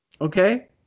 okay